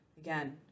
Again